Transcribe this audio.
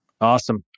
Awesome